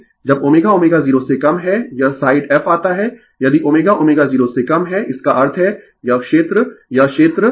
जब ω ω0 से कम है यह साइड f आता है यदि ω ω0 से कम है इसका अर्थ है यह क्षेत्र यह क्षेत्र यह